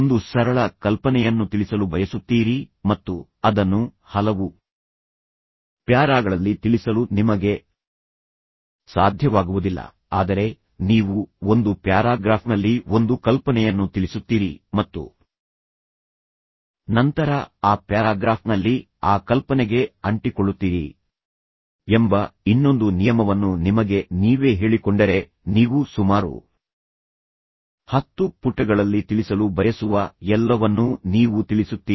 ಒಂದು ಸರಳ ಕಲ್ಪನೆಯನ್ನು ತಿಳಿಸಲು ಬಯಸುತ್ತೀರಿ ಮತ್ತು ಅದನ್ನು ಹಲವು ಪ್ಯಾರಾಗಳಲ್ಲಿ ತಿಳಿಸಲು ನಿಮಗೆ ಸಾಧ್ಯವಾಗುವುದಿಲ್ಲ ಆದರೆ ನೀವು ಒಂದು ಪ್ಯಾರಾಗ್ರಾಫ್ನಲ್ಲಿ ಒಂದು ಕಲ್ಪನೆಯನ್ನು ತಿಳಿಸುತ್ತೀರಿ ಮತ್ತು ನಂತರ ಆ ಪ್ಯಾರಾಗ್ರಾಫ್ನಲ್ಲಿ ಆ ಕಲ್ಪನೆಗೆ ಅಂಟಿಕೊಳ್ಳುತ್ತೀರಿ ಎಂಬ ಇನ್ನೊಂದು ನಿಯಮವನ್ನು ನಿಮಗೆ ನೀವೇ ಹೇಳಿಕೊಂಡರೆ ನೀವು ಸುಮಾರು ಹತ್ತು ಪುಟಗಳಲ್ಲಿ ತಿಳಿಸಲು ಬಯಸುವ ಎಲ್ಲವನ್ನೂ ನೀವು ತಿಳಿಸುತ್ತೀರಿ